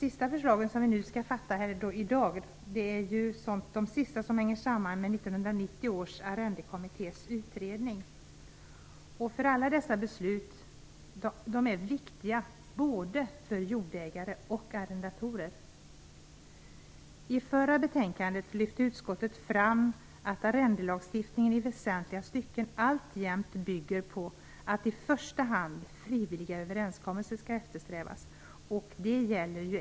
De förslag vi skall besluta om i dag är de sista av de förslag som hänger samman med 1990 års arrendekommittés utredning. Alla dessa beslut är viktiga både för jordägare och arrendatorer. I förra betänkandet lyfte utskottet fram att arrendelagstiftningen i väsentliga stycken alltjämt bygger på att man i första hand skall eftersträva frivilliga överenskommelser.